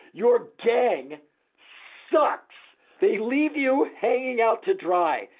your gang sucks! they leave you hanging out to dry.